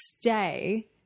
stay